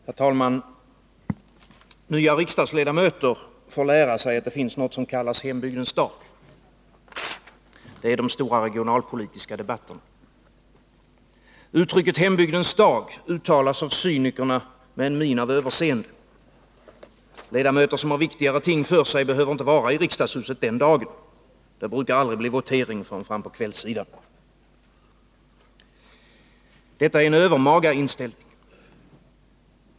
Herr talman! Nya riksdagsledamöter får lära sig att det finns något som kallas Hembygdens dag. Det är de stora regionalpolitiska debatternas dag. Uttrycket Hembygdens dag uttalas av cynikerna med en min av överseende. Ledamöter som har viktigare ting för sig behöver inte vara i riksdagshuset den dagen. Det brukar aldrig bli votering förrän fram på kvällssidan. Detta är en övermaga inställning.